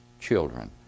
children